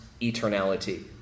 eternality